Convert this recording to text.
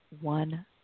one